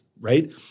right